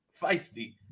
feisty